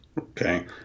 Okay